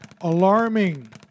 Alarming